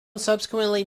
subsequently